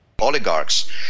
oligarchs